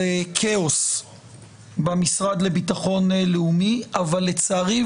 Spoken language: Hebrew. כאוס במשרד לביטחון לאומי אבל לצערי,